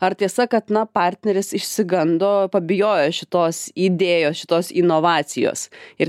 ar tiesa kad na partneris išsigando pabijojo šitos idėjos šitos inovacijos ir